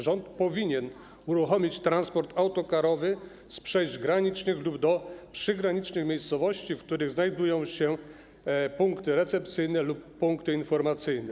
Rząd powinien uruchomić transport autokarowy z przejść granicznych lub do przygranicznych miejscowości, w których znajdują się punkty recepcyjne lub punkty informacyjne.